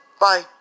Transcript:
bye